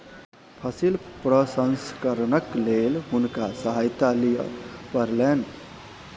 फसिल प्रसंस्करणक लेल हुनका सहायता लिअ पड़लैन